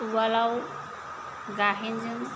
उवालाव गायहेनजों